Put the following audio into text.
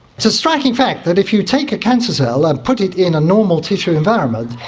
so striking fact that if you take a cancer cell and put it in a normal tissue environment,